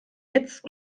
jetzt